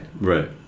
Right